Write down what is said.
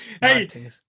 hey